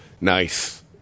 Nice